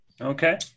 Okay